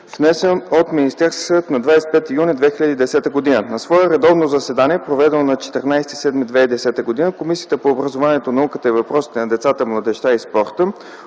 внесен от Министерския съвет на 25 юни 2010 г. На свое редовно заседание, проведено на 14 юли 2010 г., Комисията по образованието, науката и въпросите на децата, младежта и спорта,